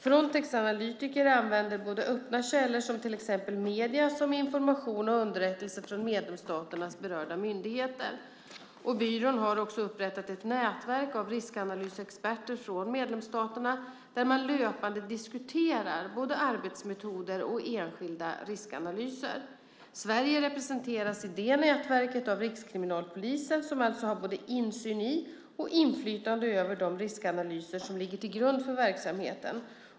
Frontex analytiker använder såväl öppna källor, till exempel medierna, som information och underrättelser från medlemsstaternas berörda myndigheter. Byrån har också upprättat ett nätverk av riskanalysexperter från medlemsstaterna, där man löpande diskuterar både arbetsmetoder och enskilda riskanalyser. Sverige representeras i detta nätverk av Rikskriminalpolisen, som alltså har både insyn i och inflytande över de riskanalyser som ligger till grund för verksamheten.